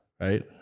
right